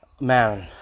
man